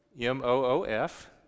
m-o-o-f